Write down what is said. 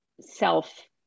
self